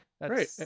right